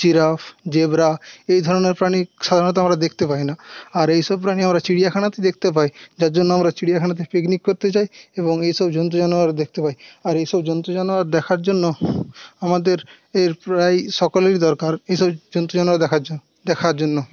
giraffe zebra এই ধরনের প্রাণী সাধারণত আমরা দেখতে পাই না আর এসব প্রাণী আমরা চিড়িয়াখানাতে দেখতে পাই যার জন্য আমরা চিড়িয়াখানাতে পিকনিক করতে যাই এবং এসব জন্তু জানোয়ার দেখতে পাই আর এসব জন্তু জানোয়ার দেখার জন্য আমাদের এর প্রায় সকলেরই দরকার এসব জন্তু জানোয়ার দেখার জন্য দেখার জন্য